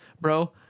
bro